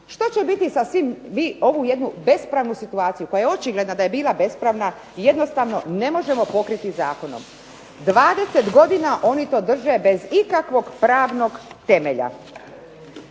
Što će biti sa svim? Mi ovu jednu bespravnu situaciju koja je očigledna da je bila bespravna jednostavno ne možemo pokriti zakonom. Dvadeset godina oni to drže bez ikakvog pravnog temelja.